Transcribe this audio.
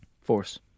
force